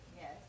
Yes